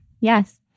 Yes